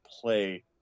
play